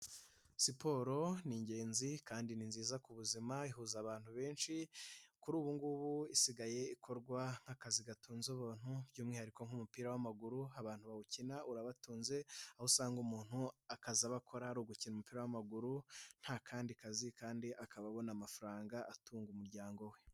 Siporo ni ingenzi kandi ni nziza ku buzima, ihuza abantu benshi, kuri ubungubu isigaye ikorwa nk'akazi gatunze ubuntu by'umwihariko nk'umupira w'amaguru, abantu bawukina urabatunze, aho usanga umuntu akazi aba akora ari ugukina umupira w'amaguru, nta kandi kazi kandi akaba abona amafaranga atunga umuryango we.